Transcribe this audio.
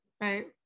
Right